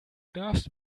darfst